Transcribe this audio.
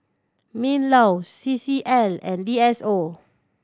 MinLaw C C L and V S O